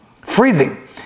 Freezing